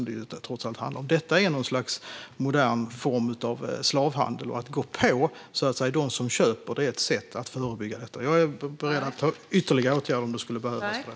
Det är ju ett slags modern form av slavhandel, och att gå på dem som köper är ett sätt att förebygga detta. Jag är beredd att vidta ytterligare åtgärder om det skulle behövas.